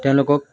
তেওঁলোকক